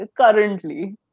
currently